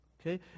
Okay